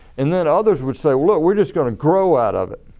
and then others would say we're just going to grow out of it,